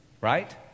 right